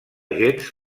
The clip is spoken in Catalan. gens